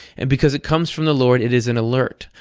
and because it comes from the lord, it is an alert.